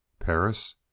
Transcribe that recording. paris?